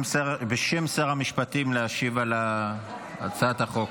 בשם שר המשפטים, להשיב על הצעת החוק.